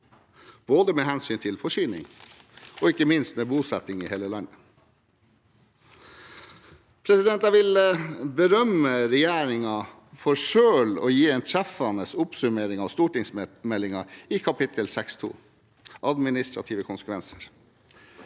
med hensyn til både forsyning og ikke minst bosetting i hele landet. Jeg vil berømme regjeringen for selv å gi en treffende oppsummering av stortingsmeldingen i kapittel 6.2, Administrative konsekvenser.